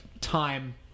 time